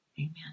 Amen